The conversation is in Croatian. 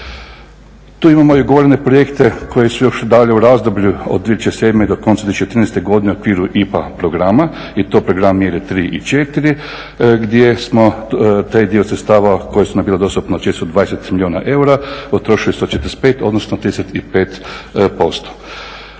Tu imamo i ugovorene projekte koje su još dalje u razdoblju od 2007. do konca 2014. godine u okviru IPA programa i to Program mjere 3 i 4. gdje smo taj dio sredstava koji su nam bili dostupni od 420 milijuna eura potrošili 145 odnosno 35%